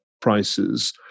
prices